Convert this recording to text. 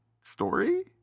story